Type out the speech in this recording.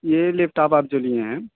یہ laptop آپ جو لیے ہیں